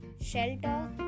shelter